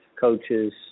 coaches